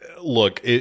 look